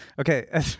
Okay